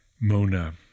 Mona